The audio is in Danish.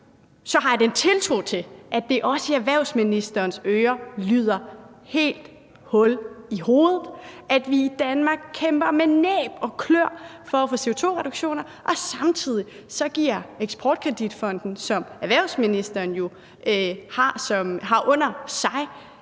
så har jeg tiltro til, at det også i erhvervsministerens ører lyder helt hul i hovedet, at vi i Danmark kæmper med næb og kløer for at få CO2-reduktioner og samtidig giver Eksportkreditfonden, som erhvervsministeren jo har under sig,